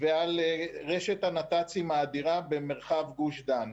ועל רשת הנת"צים האדירה במרחב גוש דן.